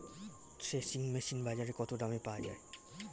Threshing machine বাজারে কত দামে পাওয়া যায়?